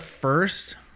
first